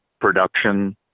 production